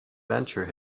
venture